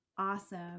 Awesome